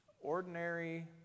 Ordinary